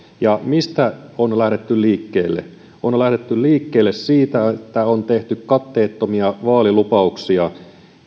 mistä on lähdetty liikkeelle on on lähdetty liikkeelle siitä että on tehty katteettomia vaalilupauksia